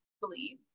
believe